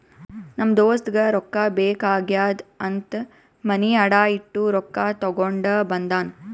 ನಮ್ ದೋಸ್ತಗ ರೊಕ್ಕಾ ಬೇಕ್ ಆಗ್ಯಾದ್ ಅಂತ್ ಮನಿ ಅಡಾ ಇಟ್ಟು ರೊಕ್ಕಾ ತಗೊಂಡ ಬಂದಾನ್